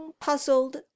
puzzled